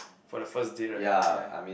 for the first date right yea